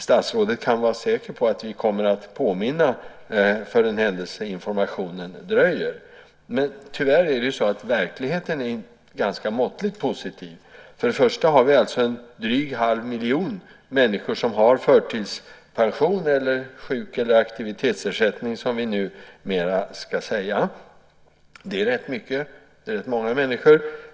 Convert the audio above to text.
Statsrådet kan vara säker på att vi kommer att påminna för den händelse att information dröjer. Tyvärr är det så att verkligheten är ganska måttligt positiv. För det första har vi drygt en halv miljon människor med förtidspension eller sjuk eller aktivitetsersättning, som vi ju numera ska säga. Det rör sig om rätt många människor.